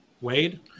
Wade